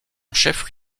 chef